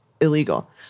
illegal